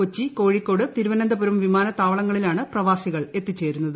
കൊച്ചി കോഴിക്കോട് തിരുവനന്തപുരം വിമാനത്താവളങ്ങളി ലാണ് പ്രവാസികൾ എത്തിച്ചേരുന്നത്